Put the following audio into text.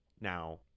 now